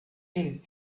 blue